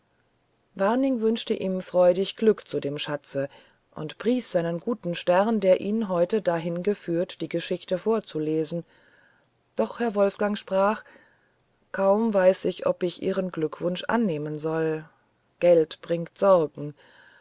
waring wünschte ihm freudig glück zu dem schatze und pries seinen guten stern der ihn heute dahin geführt die geschichte vorzulesen doch herr wolfgang sprach kaum weiß ich ob ich ihren glückwunsch annehmen soll geld bringt sorgen